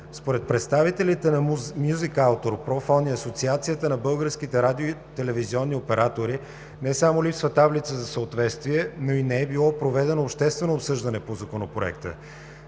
Според представителите на „Музикаутор“, „Профон“ и Асоциацията на българските радио-телевизионни оператори не само липсва таблица за съответствие, но и не е било проведено обществено обсъждане по Законопроекта.